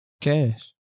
Cash